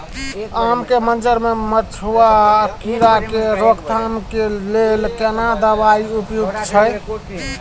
आम के मंजर में मधुआ कीरा के रोकथाम के लेल केना दवाई उपयुक्त छै?